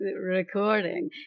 recording